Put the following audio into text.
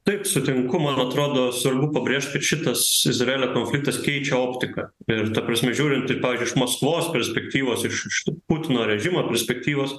taip sutinku man atrodo svarbu pabrėžt kad šitas izraelio konfliktas keičia optiką ir ta prasme žiūrint iš maskvos perspektyvos iš iš putino režimo perspektyvos